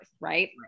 Right